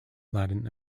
latin